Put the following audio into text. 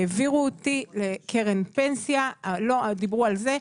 העבירו אותי לקרן פנסיה ולא דיברו על זה.